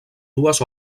dues